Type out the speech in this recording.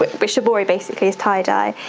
but which shibori basically is tye dye.